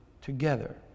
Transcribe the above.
together